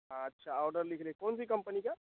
अच्छा ऑर्डर लिख लें कौनसी कम्पनी का